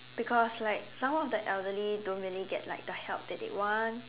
because like some of the elderly don't really get like the help that they want